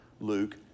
Luke